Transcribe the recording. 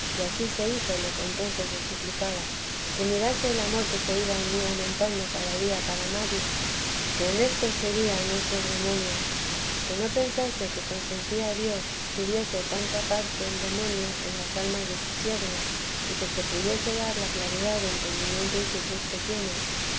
servicio que se haría todo lo que yo quería y ansí se hizo lo que entonces le suplicaba que mirase el amor que se iba en mí aumentando cada día para amarle que en esto vería no ser demonio que no pensase que consentía dios tuviese tanta parte el demonio en las almas de sus siervos y que te pudiese dar la claridad de entendimiento y quietud que tienes